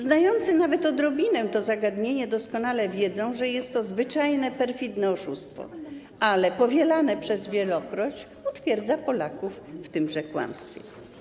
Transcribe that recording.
Znający nawet odrobinę to zagadnienie doskonale wiedzą, że jest to zwyczajne, perfidne oszustwo, ale powielanie go przez wielokroć utwierdza Polaków w tymże kłamstwie.